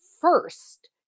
first